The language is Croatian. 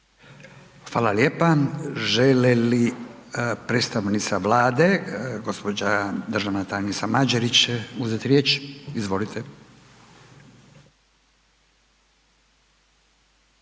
Hvala lijepa. Žele li predstavnica Vlade gospođa državna tajnica Mađerić uzeti riječ? Izvolite.